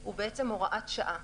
הוא בעצם הוראת שעה.